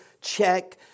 check